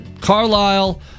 Carlisle